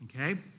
okay